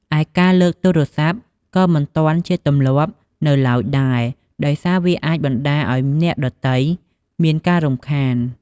ឯការលើកទូរសព្ទក៏មិនទាន់ជាទម្លាប់នៅឡើយដែរ ដោយសារវាអាចបណ្តាលអោយអ្នកដទៃមានការរំខាន ។